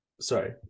Sorry